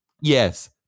Yes